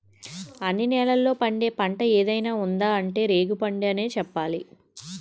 అన్ని నేలల్లో పండే పంట ఏదైనా ఉందా అంటే రేగిపండనే చెప్పాలి